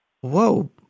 Whoa